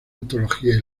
antología